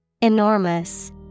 Enormous